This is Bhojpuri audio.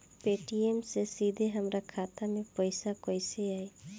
पेटीएम से सीधे हमरा खाता मे पईसा कइसे आई?